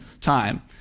time